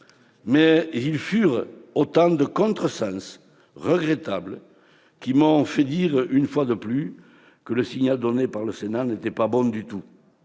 mais elles furent autant de contresens regrettables, qui m'ont fait dire une fois de plus que le signal donné par le Sénat n'était pas bon du tout.